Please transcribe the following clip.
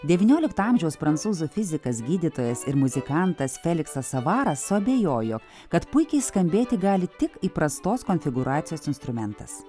devyniolikto amžiaus prancūzų fizikas gydytojas ir muzikantas feliksas savaras suabejojo kad puikiai skambėti gali tik įprastos konfigūracijos instrumentas